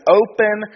open